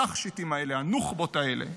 ה"תכשיטים" האלה, הנוח'בות האלה,